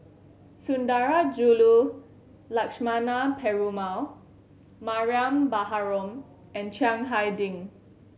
Sundarajulu Lakshmana Perumal Mariam Baharom and Chiang Hai Ding